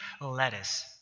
lettuce